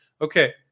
Okay